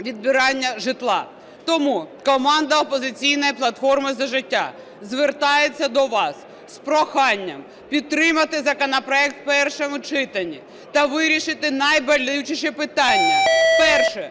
відбирання житла. Тому команда "Опозиційної платформи – За життя" звертається до вас з проханням підтримати законопроект в першому читанні та вирішити найболючіші питання. Перше